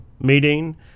meeting